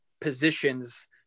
positions